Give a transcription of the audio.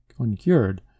uncured